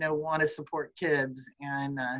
ah want to support kids. and,